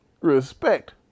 Respect